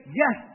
yes